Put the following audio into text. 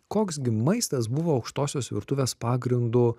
koks gi maistas buvo aukštosios virtuvės pagrindu